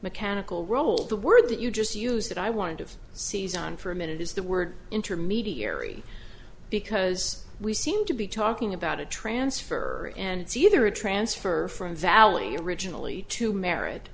mechanical role the word that you just used that i wanted to seize on for a minute is the word intermediary because we seem to be talking about a transfer and it's either a transfer from valley originally to merit